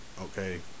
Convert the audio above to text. okay